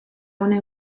una